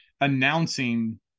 announcing